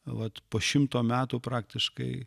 vat po šimto metų praktiškai